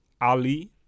Ali